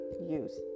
use